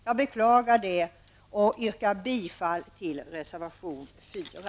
Jag beklagar det och yrkar bifall till reservation 4.